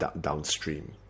downstream